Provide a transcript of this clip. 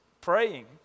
praying